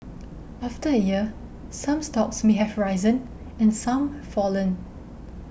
after a year some stocks may have risen and some fallen